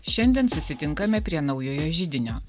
šiandien susitinkame prie naujojo židinio